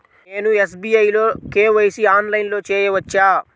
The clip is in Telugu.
నేను ఎస్.బీ.ఐ లో కే.వై.సి ఆన్లైన్లో చేయవచ్చా?